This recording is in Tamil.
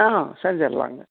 ஆ செஞ்சிருலாங்க